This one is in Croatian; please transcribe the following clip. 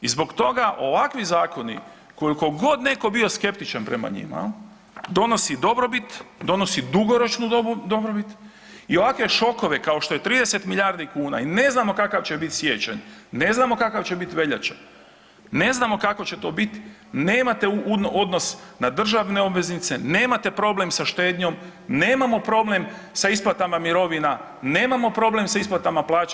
I zbog toga ovakvi zakoni koliko god neko bio skeptičan prema njima donosi dobrobit, donosi dugoročnu dobrobit i ovakve šokove kao što je 30 milijardi kuna i ne znamo kakav će biti siječanj, ne znamo kakva će biti veljača, ne znamo kako će to biti nemate odnos na državne obveznice, nemate problem sa štednjom, nemamo problem sa isplatama mirovina, nemamo problem sa isplatama plaća.